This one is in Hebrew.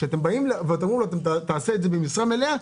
כשאתם אומרים לו שיעשה את זה במשרה מלאה,